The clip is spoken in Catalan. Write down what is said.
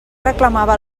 reclamava